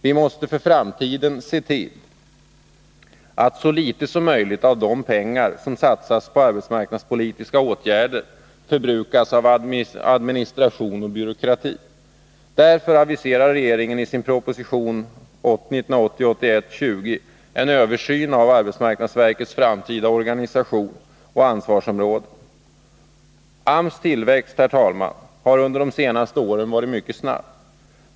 Vi måste för framtiden se till att så litet som möjligt av de pengar som satsas på arbetsmarknadspolitiska åtgärder förbrukas av administration och byråkrati. Därför aviserar regeringen i sin proposition 1980/81:20 en översyn av arbetsmarknadsverkets framtida organisation och ansvarsområden. AMS tillväxt under senare år har varit mycket snäbb.